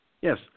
Yes